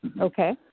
Okay